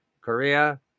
Korea